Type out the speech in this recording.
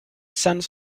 sends